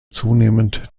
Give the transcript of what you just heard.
zunehmend